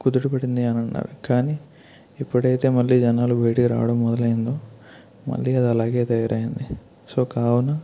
కుదుటపడింది అని అన్నారు కానీ ఇప్పుడైతే మళ్ళీ జనాలు బయటికి రావడం మొదలైందో మళ్ళీ అది అలాగే తయారైంది సో కావున